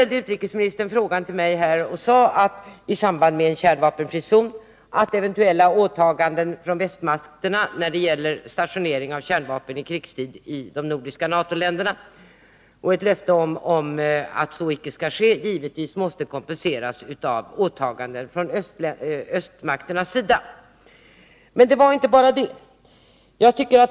Då utrikesministern var inne på frågan om en kärnvapenfri zon sade han, att eventuella åtaganden från västmakterna med löften om att stationering av kärnvapen i krigstid i de nordiska NATO-länderna icke skall ske givetvis måste kompenseras med åtaganden också från östmakternas sida. Men det gällde inte bara detta.